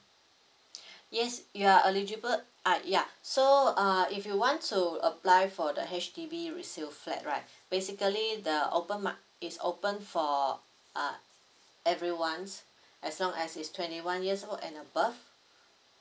yes you are eligible uh ya so uh if you want to apply for the H_D_B resale flat right basically the open mar~ is open for uh everyone as long as is twenty one years old and above